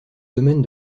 domaine